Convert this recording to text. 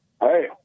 Hey